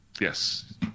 Yes